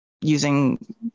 using